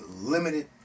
limited